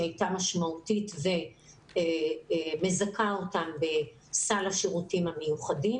הייתה משמעותית ומזכה אותם בסל השירותים המיוחדים.